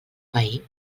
pair